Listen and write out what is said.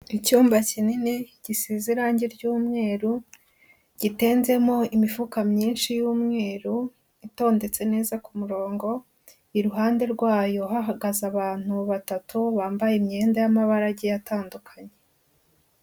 Icyumba kinini gisize irange ry'umweru, gitenzemo imifuka myinshi y'umweru itondetse neza ku murongo, iruhande rwayo hahagaze abantu batatu bambaye imyenda y'amabara agiye atandukanye.